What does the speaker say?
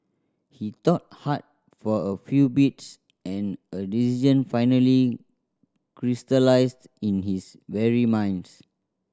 he thought hard for a few beats and a decision finally crystallised in his weary mind